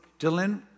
Dylan